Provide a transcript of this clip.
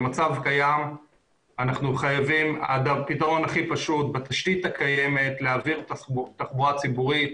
במצב קיים הפתרון הכי פשוט - בתשתית הקיימת להעביר תחבורה ציבורית.